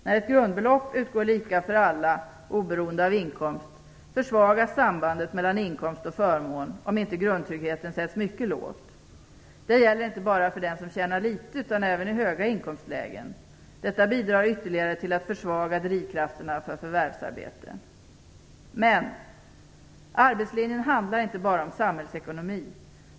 När ett grundbelopp utgår lika för alla oberoende av inkomst försvagas sambandet mellan inkomst och förmån, om inte grundtryggheten sätts mycket lågt. Det gäller inte bara för den som tjänar litet, utan även i höga inkomstlägen. Detta bidrar ytterligare till att försvaga drivkrafterna för förvärvsarbete. Men arbetslinjen handlar inte bara om samhällsekonomi.